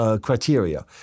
criteria